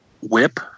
whip